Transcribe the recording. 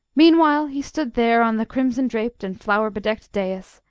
meanwhile he stood there on the crimson-draped and flower-bedecked dais,